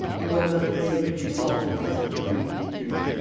and what about the way in which you solved the puzzle of the three pictures?